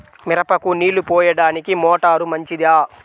మిరపకు నీళ్ళు పోయడానికి మోటారు మంచిదా?